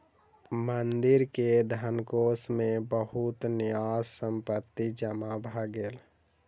मंदिर के धनकोष मे बहुत न्यास संपत्ति जमा भ गेल